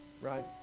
Right